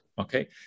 Okay